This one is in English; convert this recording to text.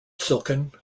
silkin